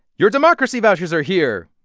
your democracy vouchers are here,